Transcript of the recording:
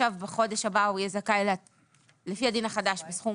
ובחודש הבא הוא יהיה זכאי לפי הדין החדש בסכום